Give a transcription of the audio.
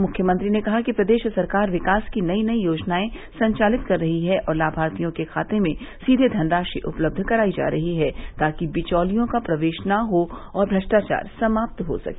मुख्यमंत्री ने कहा कि प्रदेश सरकार विकास की नई नई योजनाए संचालित कर रही है और लामार्थियों के खाते में सीवे धनराशि उपलब्ध करायी जा रही है ताकि बिचौलियों का प्रवेश न हो और भ्रष्टाचार समाप्त हो सके